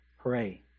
pray